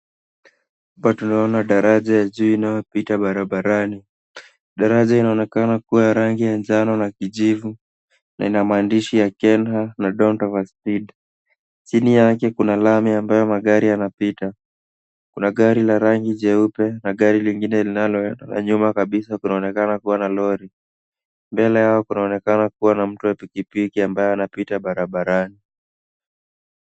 Hapa tunaona daraja ya juu inayopita barabarani. Daraja inaonekana kuwa ya rangi ya njano na kijivu na ina maandishi ya KeNHA na don't overspeed . Chini yake kuna lami ambayo magari yanapita. Kuna gari la rangi jeupe na gari lingine linaloenda na nyuma kabisa kunaonekana kuwa na lori. Mbele yao kunaonekana kuwa na mtu wa pikipiki ambaye anapita barabarani.